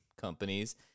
companies